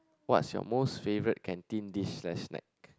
what's your most favourite canteen dish slash snack